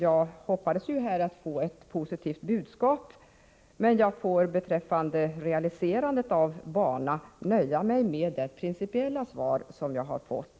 Jag hoppades att få ett positivt besked här, men jag får beträffande realiserandet av banan nöja mig med det principiella svar som jag har fått.